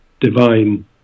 divine